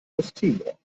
osttimor